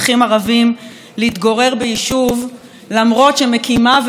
להתגורר ביישוב למרות שמקימיו ומוביליו,